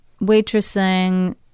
waitressing